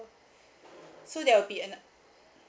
so there will be anot~